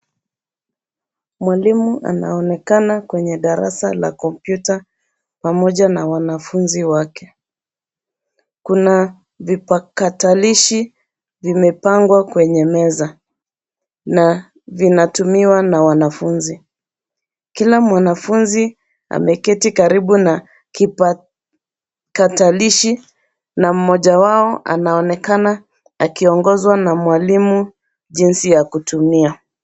Mwalimu anaonekana kwenye darasa la kompyta pamoja na wanafunzi wake. Kuna vipakatalishi zimepangwa kwenye meza na vinatumiwa na wanafunzi. Kila mwanafunzi ameketi karibu na kipakatalishi na mmoja wao anaonekana akiongozwa na mwalimu jinsi ya kutumia.